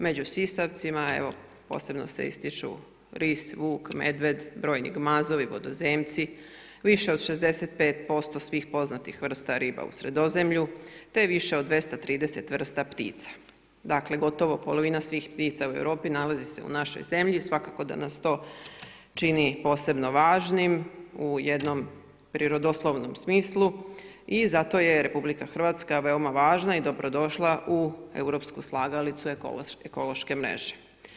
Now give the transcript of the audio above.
Među sisavcima posebno se ističu ris, vuk, medvjed, brojni gmazovi, vodozemci, više od 65% svih poznatih vrsta riba u Sredozemlju te više od 230 vrsta ptica, dakle gotovo polovina svih ptica u Europi nalazi se u našoj zemlji i svakako da nas to čini posebno važnim u jednom prirodoslovnom smislu i zato je RH veoma važna i dobrodošla u europsku slagalicu ekološke mreže.